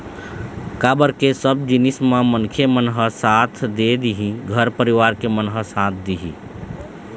काबर के सब जिनिस म मनखे मन ह साथ दे दिही घर परिवार के मन ह साथ दिही